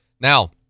Now